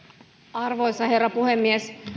arvoisa herra puhemies